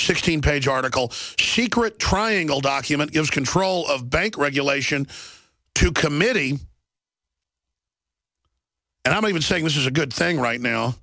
sixteen page article tikrit triangle document gives control of bank regulation to committee and i'm even saying this is a good thing right now